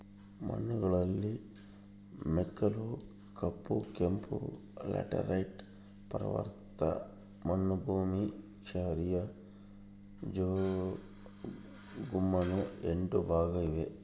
ಮಣ್ಣುಗಳಲ್ಲಿ ಮೆಕ್ಕಲು, ಕಪ್ಪು, ಕೆಂಪು, ಲ್ಯಾಟರೈಟ್, ಪರ್ವತ ಮರುಭೂಮಿ, ಕ್ಷಾರೀಯ, ಜವುಗುಮಣ್ಣು ಎಂಟು ಭಾಗ ಇವೆ